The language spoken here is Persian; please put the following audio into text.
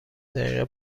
دقیقه